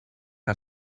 que